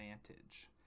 advantage